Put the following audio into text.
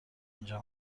اینجا